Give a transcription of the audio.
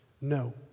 No